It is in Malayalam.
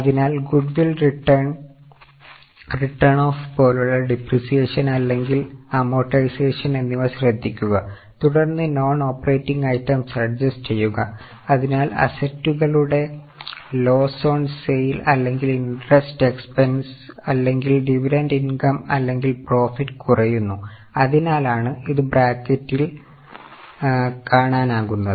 അതിനാൽ ഗുഡ് വിൽ റിട്ടൻ ഓഫ് അല്ലെങ്കിൽ ഇൻഡ്രെസ്റ്റ് എക്സ്പെൻസ് അല്ലെങ്കിൽ ഡിവിടെൻറ്റ് ഇൻകം അല്ലെങ്കിൽ പ്രോഫിറ്റ് കുറയുന്നു അതിനാലാണ് ഇത് ബ്രാക്കറ്റിൽ കാണാനാകുന്നത്